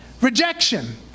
Rejection